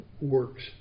works